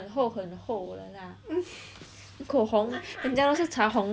口红人家都是擦红色口红要不然叫口红 right